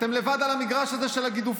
אתם לבד על המגרש הזה של הגידופים.